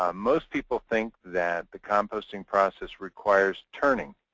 um most people think that the composting process requires turning.